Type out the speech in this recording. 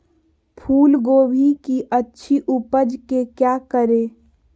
फूलगोभी की अच्छी उपज के क्या करे?